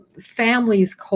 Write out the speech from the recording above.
families